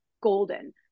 golden